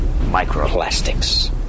Microplastics